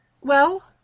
Well